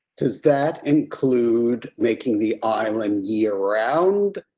does that include making the island year around?